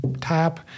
tap